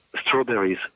strawberries